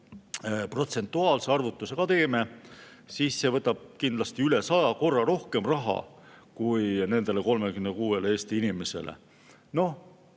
protsentuaalse arvutuse ka teeme, siis [näeme, et] see võtab kindlasti üle 100 korra rohkem raha kui nendele 36‑le Eesti inimesele